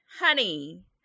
honey